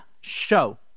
show